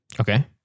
Okay